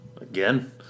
Again